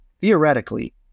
theoretically